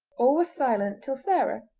all were silent till sarah,